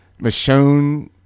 Michonne